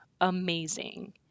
amazing